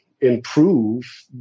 improve